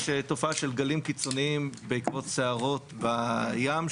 יש תופעה של גלים קיצוניים בעקבות סערות בים,